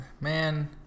man